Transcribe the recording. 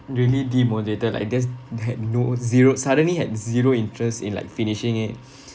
really demotivated like there's I had no zero suddenly had zero interest in like finishing it